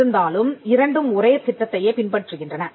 இருந்தாலும் இரண்டும் ஒரே திட்டத்தையே பின்பற்றுகின்றன